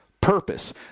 purpose